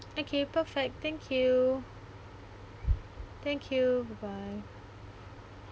okay perfect thank you thank you bye